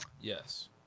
Yes